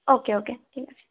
ও কে okay ঠিক আছে